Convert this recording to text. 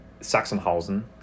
Sachsenhausen